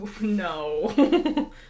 No